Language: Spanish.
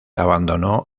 abandonó